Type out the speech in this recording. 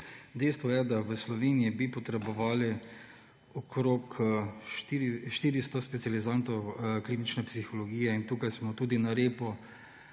Dejstvo je, da v Sloveniji bi potrebovali okrog 400 specializantov klinične psihologije. Tukaj smo tudi na repu